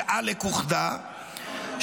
שעלק אוחדה,